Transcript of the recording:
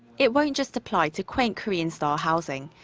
it won't just apply to quaint korean-style housing.